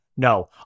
No